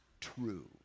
true